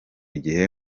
gihe